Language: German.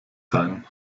sein